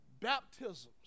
baptisms